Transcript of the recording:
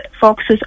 foxes